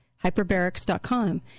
hyperbarics.com